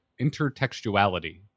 Intertextuality